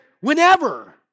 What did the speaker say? whenever